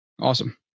awesome